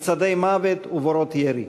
מצעדי מוות ובורות ירי,